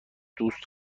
دوست